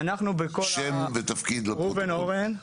ראובן הורן,